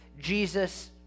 Jesus